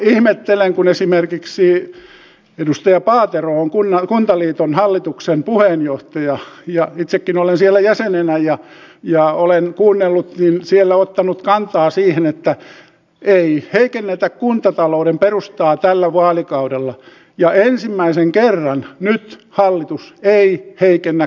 ihmettelen kun esimerkiksi edustaja paatero on kuntaliiton hallituksen puheenjohtaja ja itsekin olen siellä jäsenenä ja olen kuunnellut ja siellä ottanut kantaa siihen että ei heikennetä kuntatalouden perustaa tällä vaalikaudella että ensimmäisen kerran nyt hallitus ei heikennä kuntatalouden perustaa